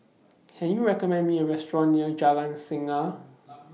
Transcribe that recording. Can YOU recommend Me A Restaurant near Jalan Tenaga